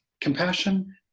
compassion